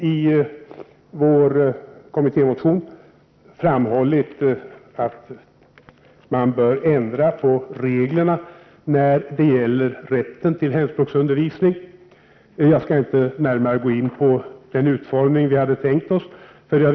I vår kommittémotion har vi också framhållit att man bör ändra på reglerna när det gäller rätten till hemspråksundervisning. Jag skall inte närmare beröra den utformning som vi hade tänkt oss.